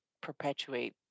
perpetuate